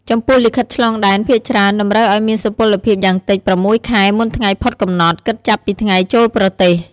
ចំពោះលិខិតឆ្លងដែនភាគច្រើនតម្រូវឱ្យមានសុពលភាពយ៉ាងតិច ៦ ខែមុនថ្ងៃផុតកំណត់ គិតចាប់ពីថ្ងៃចូលប្រទេស។